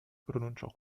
pronunciò